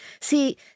See